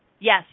Yes